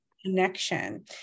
connection